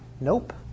Nope